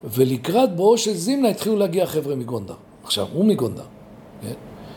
ולקראת בואו של זימנה התחילו להגיע חבר'ה מגונדה, עכשיו הוא מגונדה.